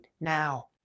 now